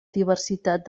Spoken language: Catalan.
diversitat